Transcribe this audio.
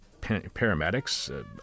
paramedics